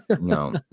No